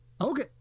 Okay